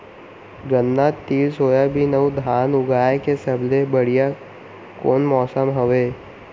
गन्ना, तिल, सोयाबीन अऊ धान उगाए के सबले बढ़िया कोन मौसम हवये?